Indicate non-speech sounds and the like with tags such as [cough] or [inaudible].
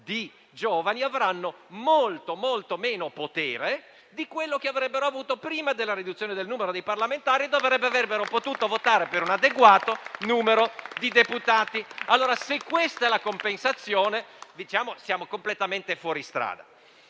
di giovani, che avranno molto meno potere di quello che avrebbero avuto prima della riduzione del numero dei parlamentari, quando avrebbero potuto votare per un adeguato numero di deputati. [applause] Se questa è la compensazione, siamo completamente fuori strada.